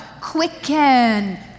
Quicken